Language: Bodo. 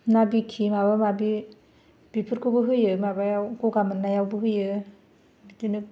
ना बिथि माबा माबि बेफोरखौबो होयो माबायाव गगा मोननायावबो होयो बिदिनो